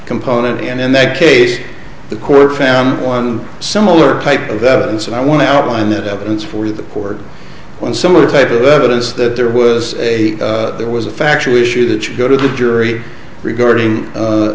component and in that case the court found one similar type of evidence and i want to outline that evidence for the court and similar type of evidence that there was a there was a factual issue that you go to the jury regarding